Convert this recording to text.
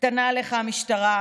קטנה עליך המשטרה,